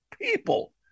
people